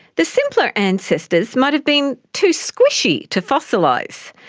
the simpler ancestors might have been too squishy to fossilise.